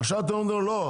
עכשיו אתם אומרים לו: לא,